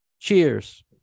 Cheers